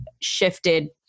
shifted